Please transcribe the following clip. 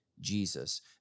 Jesus